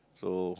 so